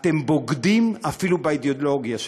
אתם בוגדים אפילו באידיאולוגיה שלכם.